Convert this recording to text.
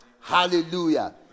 Hallelujah